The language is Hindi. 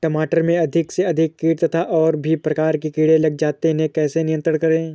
टमाटर में अधिक से अधिक कीट तथा और भी प्रकार के कीड़े लग जाते हैं इन्हें कैसे नियंत्रण करें?